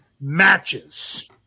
matches